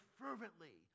fervently